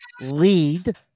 lead